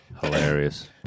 Hilarious